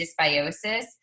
dysbiosis